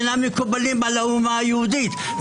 אינם מקובלים על האומה היהודית.